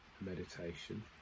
meditation